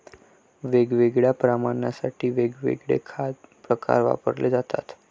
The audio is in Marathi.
वेगवेगळ्या प्राण्यांसाठी वेगवेगळे खाद्य प्रकार वापरले जातात